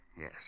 Yes